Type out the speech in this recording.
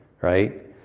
Right